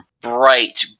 bright